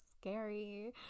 scary